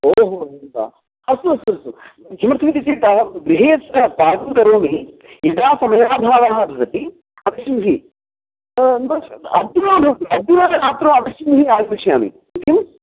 ओहो हौदा अस्तु अस्तु अस्तु किमर्थमिति चेत् अहं गृहे यत्र करोमि यदा समयाभावः भवति अवश्यं हि अद्य रात्रौ अवश्यम् इति आगमिष्यामि किम्